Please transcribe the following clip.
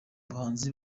bahanzi